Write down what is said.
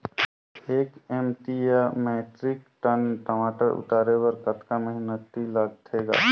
एक एम.टी या metric ton टमाटर उतारे बर कतका मेहनती लगथे ग?